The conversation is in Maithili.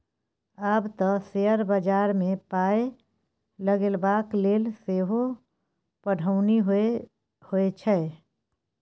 आब तँ शेयर बजारमे पाय लगेबाक लेल सेहो पढ़ौनी होए छै